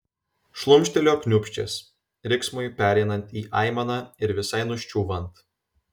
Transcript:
šlumštelėjo kniūbsčias riksmui pereinant į aimaną ir visai nuščiūvant